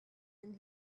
and